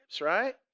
right